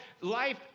life